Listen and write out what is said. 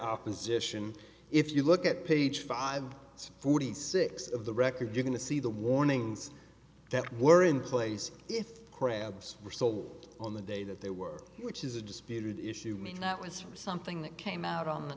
opposition if you look at page five it's forty six of the record you're going to see the warnings that were in place if crabs were sold on the day that they were which is a disputed issue meaning that was something that came out on the